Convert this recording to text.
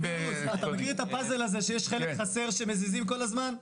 אתה מכיר את הפאזל הזה שיש חלק חסר שמזיזים כל הזמן?